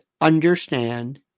understand